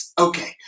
Okay